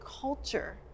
culture